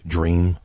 Dream